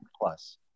Plus